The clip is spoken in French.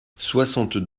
soixante